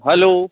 hello